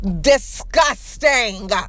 disgusting